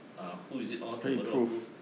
uh who is it on the burden of improve